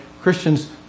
Christians